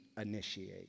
initiate